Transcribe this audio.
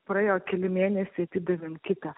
praėjo keli mėnesiai atidavėm kitą